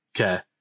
Okay